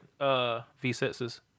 V6s